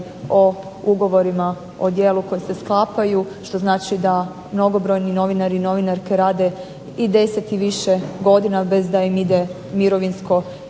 o ugovorima o djelu koji se sklapaju što znači da mnogobrojni novinari i novinarke rade i 10 i više godina bez da im ide mirovinsko